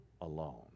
alone